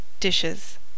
dishes